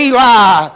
Eli